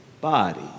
body